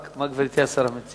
רק מה גברתי השרה מציעה,